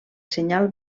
senyal